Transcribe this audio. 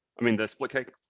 i mean, the split cake?